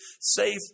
safe